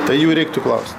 tai jų reiktų klaust